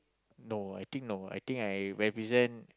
no I think no I think I represent